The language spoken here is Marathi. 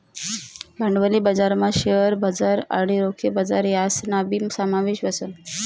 भांडवली बजारमा शेअर बजार आणि रोखे बजार यासनाबी समावेश व्हस